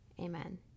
Amen